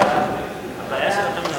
התשע"א 2011,